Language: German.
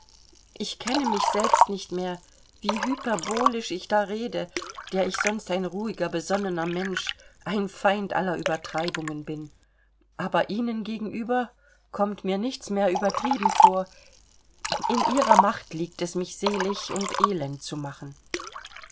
ich kenne mich selbst nicht mehr wie hyperbolisch ich da rede der ich sonst ein ruhiger besonnener mensch ein feind aller übertreibungen bin aber ihnen gegenüber kommt mir nichts mehr übertrieben vor in ihrer macht liegt es mich selig und elend zu machen